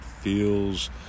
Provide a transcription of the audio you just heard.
feels